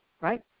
right